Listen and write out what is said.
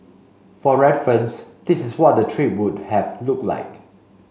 for reference this is what the trip would have looked like